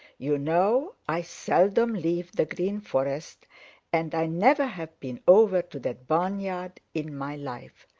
you know i seldom leave the green forest and i never have been over to that barnyard in my life,